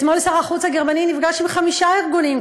אתמול שר החוץ הגרמני נפגש עם חמישה ארגונים,